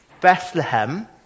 Bethlehem